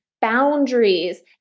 boundaries